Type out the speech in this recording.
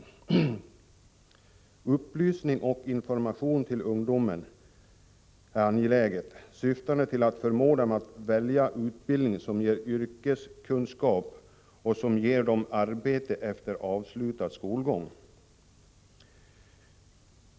Det är vidare angeläget med upplysning och information till ungdomarna, syftande till att förmå dem att välja utbildningar som ger yrkeskunskaper och som ger dem arbete efter avslutad skolgång.